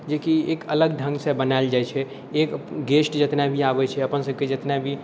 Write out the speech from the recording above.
जेकि एक अलग ढङ्गसँ बनाएल जाइ छै एक गेस्ट जतना भी आबै छै अपन सबके जतना भी